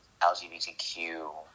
LGBTQ